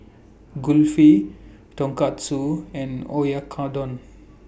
Kulfi Tonkatsu and Oyakodon